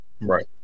Right